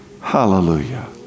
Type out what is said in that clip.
Hallelujah